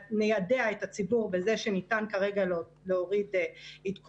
ניידע את הציבור בזה שאפשר להוריד עדכון,